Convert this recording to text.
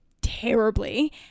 terribly